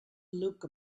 look